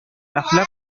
әхлак